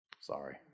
Sorry